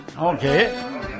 Okay